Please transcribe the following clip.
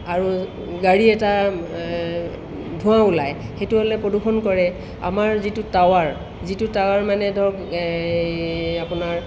আৰু গাড়ীৰ এটা এই ধোঁৱা ওলাই সেইটো হ'লে প্ৰদূষণ কৰে আমাৰ যিটো টাৱাৰ যিটো টাৱাৰ মানে ধৰক এই আপোনাৰ